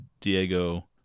Diego